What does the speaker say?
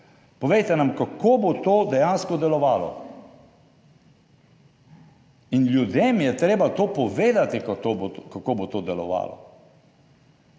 povejte nam, kako bo to dejansko delovalo. In ljudem je treba to povedati, kako bo, kako bo to delovalo.